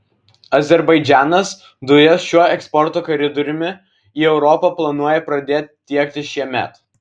azerbaidžanas dujas šiuo eksporto koridoriumi į europą planuoja pradėti tiekti šiemet